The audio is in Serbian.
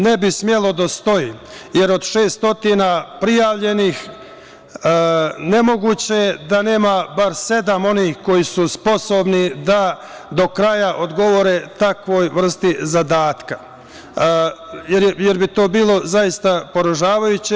Ne bi smelo da stoji, jer od 600 prijavljenih, nemoguće je da nema bar sedam onih koji su sposobni da do kraja odgovore takvoj vrsti zadatka, jer bi to bilo zaista poražavajuće.